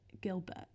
Gilbert